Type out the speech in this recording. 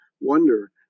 wonder